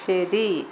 ശരി